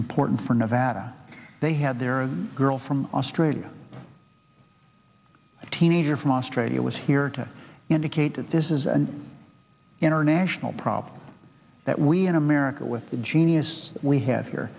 important for nevada they had there a girl from australia a teenager from australia was here to indicate that this is an international problem that we in america with the genius we have here